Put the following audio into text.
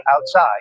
outside